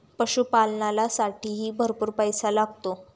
पशुपालनालासाठीही भरपूर पैसा लागतो